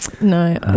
No